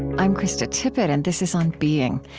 i'm krista tippett, and this is on being.